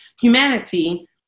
humanity